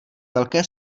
velké